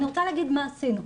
ואני רוצה להגיד מה עשינו.